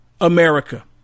America